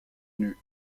nues